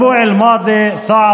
(אומר דברים בשפה